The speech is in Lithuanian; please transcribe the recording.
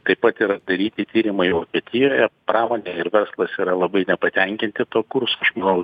taip pat yra daryti tyrimai vokietijoje pramonė ir verslas yra labai nepatenkinti tuo kursu aš manau